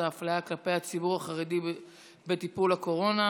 האפליה כלפי הציבור החרדי בטיפול בקורונה,